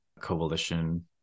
Coalition